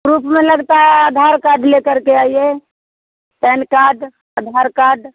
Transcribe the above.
proof में लगता है अधार कार्ड ले करके आइए पैन कार्ड अधार कार्ड